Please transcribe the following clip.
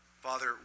Father